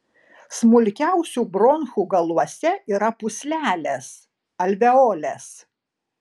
smulkiausių bronchų galuose yra pūslelės alveolės